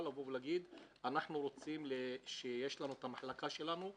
לבוא ולהגיד אנחנו רוצים את המחלקה שיש לנו,